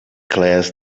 class